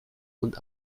und